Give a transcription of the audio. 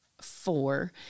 four